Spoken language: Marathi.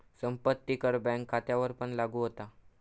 संपत्ती कर बँक खात्यांवरपण लागू होता